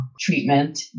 treatment